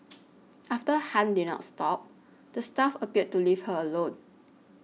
after Han did not stop the staff appeared to leave her alone